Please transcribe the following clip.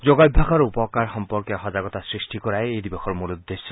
যোগাভ্যাসৰ উপকাৰ সম্পৰ্কে সজাগতা সৃষ্টি কৰাই এই দিৱসৰ মূল উদ্দেশ্য